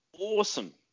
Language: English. awesome